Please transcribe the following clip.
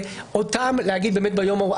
ולהם להגיד ביום ההוא,